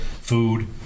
food